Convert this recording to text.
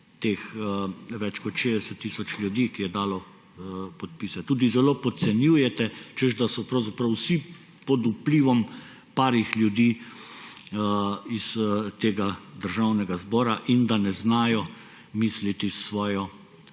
teh več kot 60 tisoč ljudi, ki je dalo podpise, tudi zelo podcenjujete, češ da so vsi pod vplivom par ljudi iz Državnega zobra in da ne znajo misliti s svojo